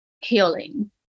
healing